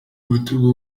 ubutumwa